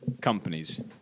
companies